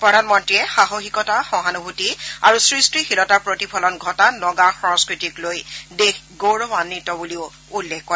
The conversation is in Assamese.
প্ৰধানমন্ত্ৰীয়ে সাহসিকতা সহানুভূতি আৰু সৃষ্টিশীলতাৰ প্ৰতিফলন ঘটা নগা সংস্থতিক লৈ দেশ গৌৰৱান্বিত বুলিও উল্লেখ কৰে